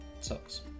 sucks